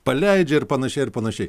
paleidžia ir panašiai ir panašiai